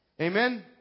Amen